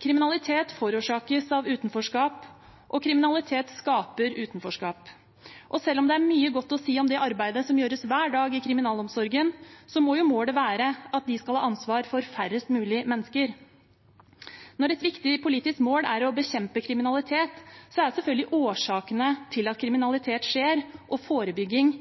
Kriminalitet forårsakes av utenforskap, og kriminalitet skaper utenforskap. Selv om det er mye godt å si om det arbeidet som gjøres hver dag i kriminalomsorgen, må målet være at de skal ha ansvar for færrest mulig mennesker. Når et viktig politisk mål er å bekjempe kriminalitet, er selvfølgelig årsakene til at kriminalitet skjer, og forebygging,